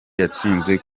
yatinze